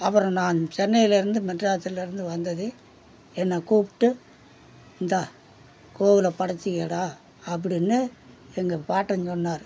அப்புறம் நான் சென்னையில் இருந்து மெட்ராஸ்சில் இருந்து வந்ததையும் என்னை கூப்பிட்டு இந்தா கோவிலை படைச்சிகோடா அப்படின்னு எங்கள் பாட்டன் சொன்னார்